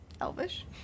Elvish